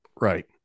Right